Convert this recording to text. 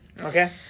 Okay